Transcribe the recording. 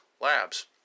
labs